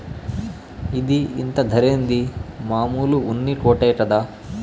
ఇది ఇంత ధరేంది, మామూలు ఉన్ని కోటే కదా